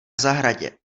zahradě